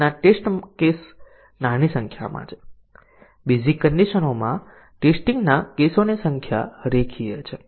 તેથી આપણે દરેક બેઝીક કન્ડિશન માટે આવા ટેસ્ટીંગ નાં કેસો હોવું જરૂરી છે